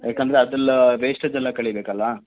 ಏಕಂದರೆ ಅದೆಲ್ಲ ವೇಸ್ಟೇಜೆಲ್ಲ ಕಳೀಬೇಕಲ್ಲ